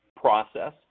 process